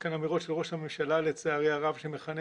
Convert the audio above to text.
גם אמירות של ראש הממשלה לצערי הרב שמכנה